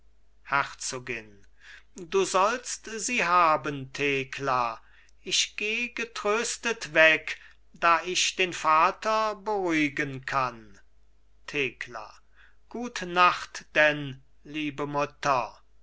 herzogin du sollst sie haben thekla ich geh getröstet weg da ich den vater beruhigen kann thekla gut nacht